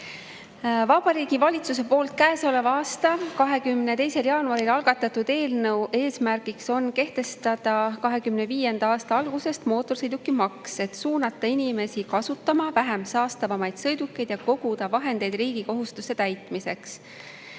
Vabariigi Valitsuse algatatud eelnõu eesmärk on kehtestada 2025. aasta algusest mootorsõidukimaks, et suunata inimesi kasutama vähem saastavaid sõidukeid ja koguda vahendeid riigi kohustuste täitmiseks.